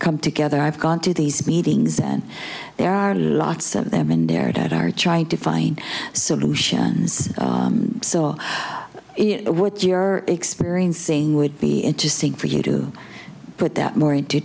come together i've gone to these meetings and there are lots of them and their dad are trying to find solutions so what you're experiencing would be interesting for you to put that more into